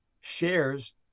shares